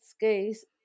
case